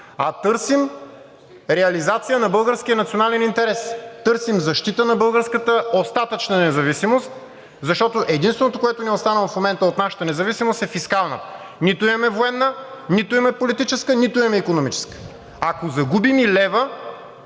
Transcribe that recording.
а търсим реализация на българския национален интерес, търсим защита на българската остатъчна независимост, защото единственото, което ни е останало в момента от нашата независимост, е фискалната. Нито имаме военна, нито имаме политическа, нито имаме икономическа. Ако загубим и лева,